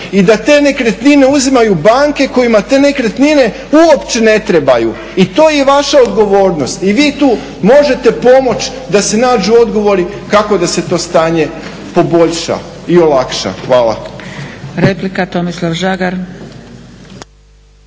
i da te nekretnine uzimaju banke kojima te nekretnine uopće ne trebaju. I to je i vaša odgovornost i vi tu možete pomoći da se nađu odgovori kako da se to stanje poboljša i olakša. Hvala.